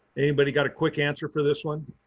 anybody got a quick answer for this one?